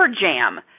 jam